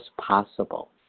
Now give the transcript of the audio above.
possible